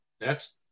Next